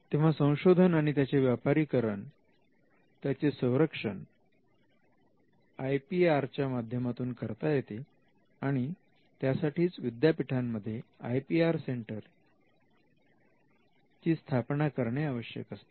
तेव्हा संशोधन आणि त्याचे व्यापारीकरण त्याचे संरक्षण आय पी आरच्या माध्यमातून करता येते आणि त्यासाठीच विद्यापीठांमध्ये आय पी सेंटर किंवा आय पी आर सेंटरची स्थापना करणे आवश्यक असते